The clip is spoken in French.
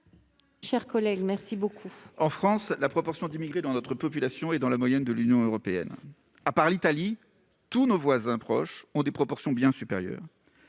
En France, la proportion d'immigrés dans notre population se situe dans la moyenne de l'Union européenne : hormis l'Italie, tous nos voisins proches connaissent des proportions d'immigrés bien supérieures.